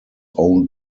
owned